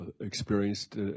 experienced